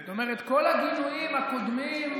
זאת אומרת, כל הגינויים הקודמים,